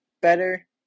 Better